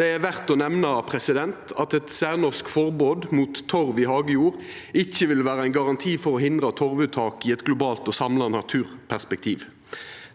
Det er verdt å nemna at eit særnorsk forbod mot torv i hagejord ikkje vil vera ein garanti for å hindra torvuttak i eit globalt og samla naturperspektiv.